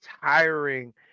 tiring